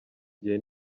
gihe